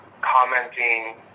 Commenting